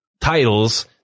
titles